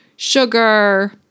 sugar